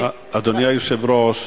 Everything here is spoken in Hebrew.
אדוני היושב-ראש,